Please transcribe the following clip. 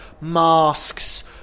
masks